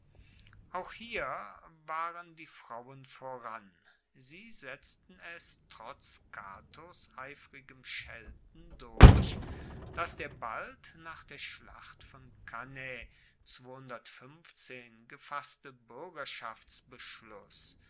auch hier waren die frauen voran sie setzten es trotz catos eifrigem schelten durch dass der bald nach der schlacht von cannae gefasste